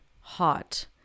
hot